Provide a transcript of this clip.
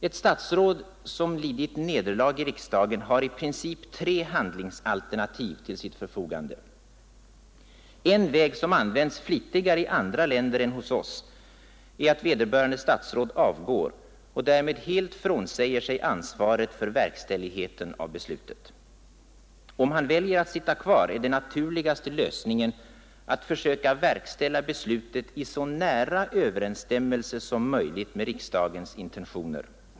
Ett statsråd som lidit nederlag i riksdagen har i princip tre handlingsalternativ till sitt förfogande. En väg, som använts flitigare i andra länder än hos oss, är att vederbörande statsråd avgår och därmed helt frånsäger sig ansvaret för verkställigheten av beslutet. Om han väljer att sitta kvar är den naturligaste lösningen att försöka verkställa beslutet i så nära överensstämmelse som möjligt med riksdagens intentioner.